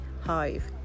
Hive